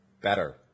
better